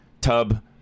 tub